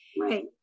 Right